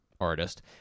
artist